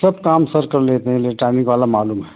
सब काम सर कर लेते हैं इलेकटानिक वाला मालूम है